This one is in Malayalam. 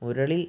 മുരളി